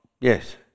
Yes